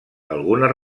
algunes